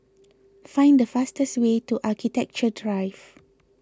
find the fastest way to Architecture Drive